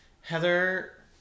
Heather